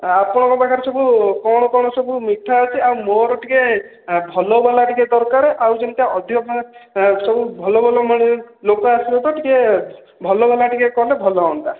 ଆପଣଙ୍କ ପାଖରେ ସବୁ କଣ କଣ ସବୁ ମିଠା ଅଛି ଆଉ ମୋର ଟିକେ ଭଲ ବାଲା ଟିକେ ଦରକାର ଆଉ ଯେମିତିକା ଅଧିକ ଟଙ୍କା ସବୁ ଭଲ ଭଲ ମିଳେ ଲୋକ ଆସିବେ ତ ଟିକେ ଭଲ ବାଲା କଲେ ଭଲ ହୁଅନ୍ତା